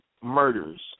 murders